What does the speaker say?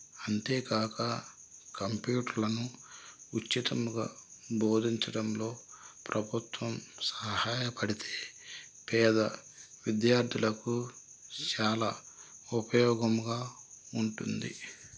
అంతేకాక కంప్యూటర్లను ఉచితముగా బోధించడంలో ప్రభుత్వం సహాయపడితే పేద విద్యార్థులకు చాలా ఉపయోగముగా ఉంటుంది